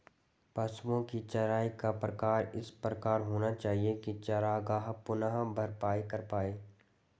पशुओ की चराई का प्रकार इस प्रकार होना चाहिए की चरागाह पुनः भरपाई कर पाए